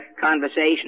conversation